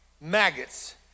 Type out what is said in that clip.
maggots